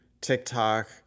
TikTok